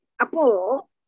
apo